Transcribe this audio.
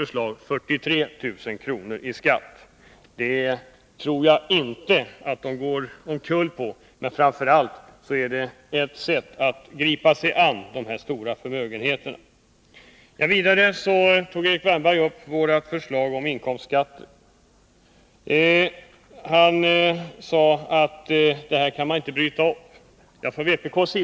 Jag tror inte att de går omkull om de måste betala det senare beloppet. Vårt förslag kommer, om det antas, framför allt att innebära ett sätt att gripa sig an dessa stora förmögenheter. Erik Wärnberg tog vidare upp våra förslag om inkomstskatten och sade att det inte går att bryta mot den träffade överenskommelsen.